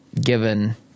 given